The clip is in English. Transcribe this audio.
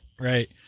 Right